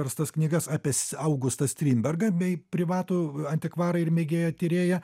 verstas knygas apie s augustą strindbergą bei privatų antikvarą ir mėgėjo tyrėją